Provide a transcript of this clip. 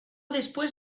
después